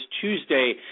Tuesday